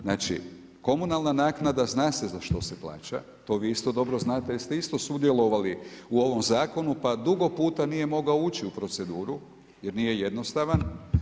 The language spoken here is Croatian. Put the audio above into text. Znači komunalna naknada zna se za što se plaća, to vi isto dobro znate jer ste isto sudjelovali u ovom zakonu pa dugo puta nije mogao ući u proceduru jer nije jednostavan.